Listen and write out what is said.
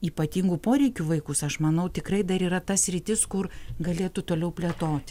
ypatingų poreikių vaikus aš manau tikrai dar yra ta sritis kur galėtų toliau plėtoti